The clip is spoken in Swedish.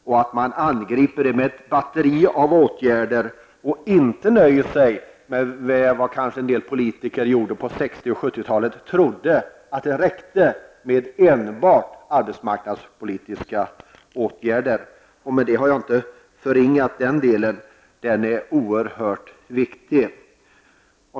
Problemen bör angripas med ett batteri av åtgärder, och man skall inte, som en del politiker gjorde på 60 och 70-talen, tro att det räcker med enbart arbetsmarknadspolitiska åtgärder. Därmed har jag inte förringat den delen -- den är oerhört viktig.